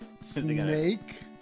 Snake